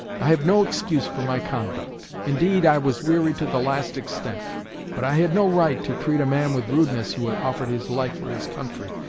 i have no excuse for my conduct. indeed, i was weary to the last extent but i had no right to treat a man with rudeness who had offered his life for his country,